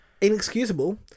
Inexcusable